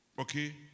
okay